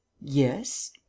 yes